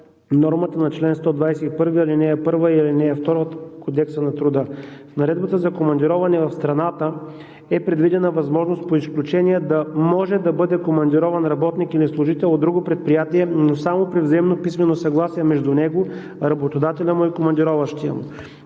нормата на чл. 121, ал. 1 и ал. 2 от Кодекса на труда. В Наредбата за командироване в страната е предвидена възможност по изключение да може да бъде командирован работник или служител от друго предприятие, но само при взаимно писмено съгласие между него, работодателя му и командироващия.